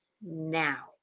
now